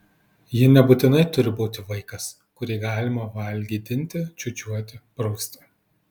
ji nebūtinai turi būti vaikas kurį galima valgydinti čiūčiuoti prausti